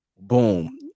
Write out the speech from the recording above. boom